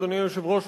אדוני היושב-ראש,